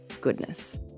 goodness